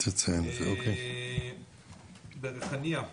בריחאניה,